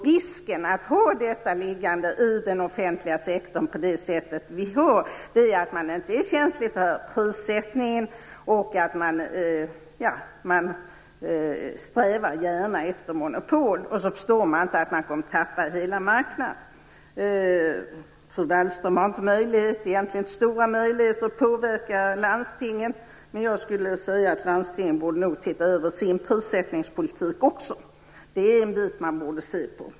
Risken med att den offentliga sektorn har ansvaret för detta på det sätt den har är att man inte är känslig för prissättning och att man gärna strävar efter monopol. Man förstår inte att man kommer att tappa hela marknaden. Fru Wallström har egentligen inte stora möjligheter att påverka landstingen, men jag skulle vilja säga att landstingen borde titta över sin prissättningspolitik. Det är en sak man borde se på.